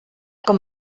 com